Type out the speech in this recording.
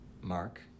Mark